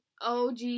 OG